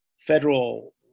federal